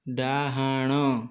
ଡାହାଣ